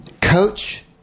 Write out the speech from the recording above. Coach